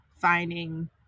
finding